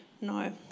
no